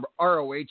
ROH